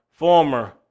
former